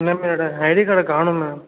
ma'am என்னோடய ID கார்டை காணோம் மேம்